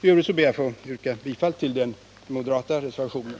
Jag ber att få yrka bifall till reservationen.